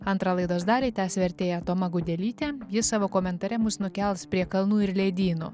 antrą laidos dalį tęs vertėja toma gudelytė ji savo komentare mus nukels prie kalnų ir ledynų